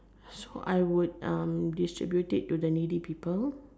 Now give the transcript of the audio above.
so I would distribute it to the needy people